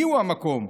מיהו המקום?